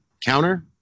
counter